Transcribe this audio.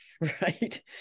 right